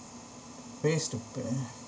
based to